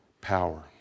power